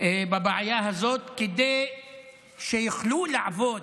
בבעיה הזאת כדי שיוכלו לעבוד